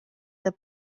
the